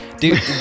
dude